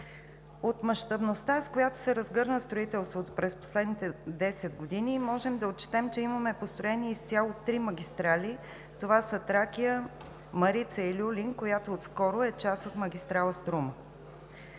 От мащабността, с която се разгърна строителството през последните десет години, можем да отчетем, че имаме построени изцяло три магистрали. Това са „Тракия“, „Марица“ и „Люлин“, която отскоро е част от магистрала „Струма“.